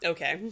Okay